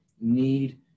need